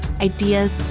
ideas